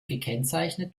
gekennzeichnet